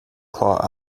claw